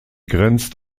grenzt